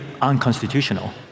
unconstitutional